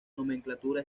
nomenclatura